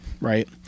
right